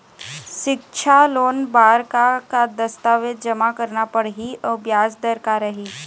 सिक्छा लोन बार का का दस्तावेज जमा करना पढ़ही अउ ब्याज दर का रही?